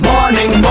Morning